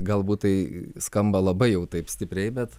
galbūt tai skamba labai jau taip stipriai bet